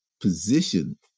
position